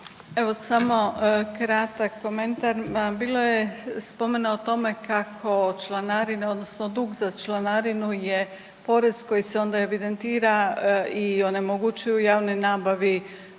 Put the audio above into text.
Evo samo kratak komentar, bilo je spomena o tome kako članarine odnosno dug za članarinu je porez koji se onda evidentira i onemogućuje javnoj nabavi